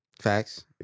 Facts